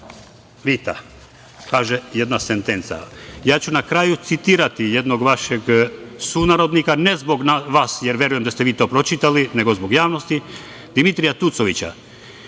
vita, kaže jedna sentenca. Ja ću na kraju citirati jednog vašeg sunarodnika, ne zbog vas, jer verujem da ste vi to pročitali, nego zbog javnosti, Dimitrija Tucovića